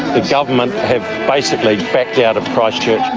the government have basically backed out of christchurch.